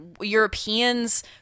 Europeans